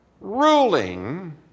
ruling